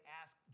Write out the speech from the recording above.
ask